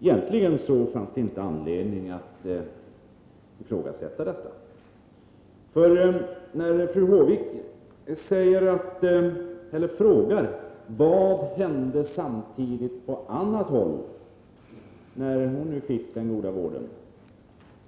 Egentligen fanns det inte anledning att ifrågasätta detta. Fru Håvik undrade vad som hände på andra håll när hon fick den goda vården.